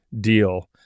deal